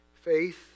faith